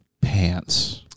pants